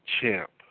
champ